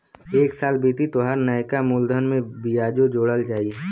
एक साल बीती तोहार नैका मूलधन में बियाजो जोड़ा जाई